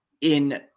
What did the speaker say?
in-